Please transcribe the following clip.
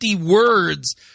words